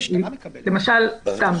אני רק מבקש בקצרה, כי אנשים פה